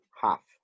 Half